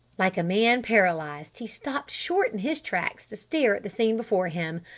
like a man paralyzed he stopped short in his tracks to stare at the scene before him!